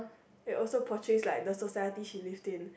it also portrays like the society she lives in